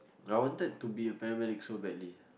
I wanted to be a paramedic so badly